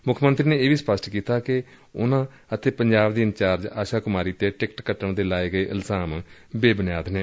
ਮੁੱਖ ਮੰਤਰੀ ਨੇ ਇਹ ਵੀ ਸਪਸ਼ਟ ਕੀਤਾ ਕਿ ਉਨੂਾ ਅਤੇ ਪੰਜਾਬ ਦੀ ਇਨਚਾਰਜ ਆਸ਼ਾ ਕੁਮਾਰੀ ਤੇ ਟਿਕਟ ਕੱਟਣ ਦੇ ਲਾਏ ਗਏ ਇਲਜ਼ਾਮ ਬੇਬੁਨਿਆਦ ਨੇ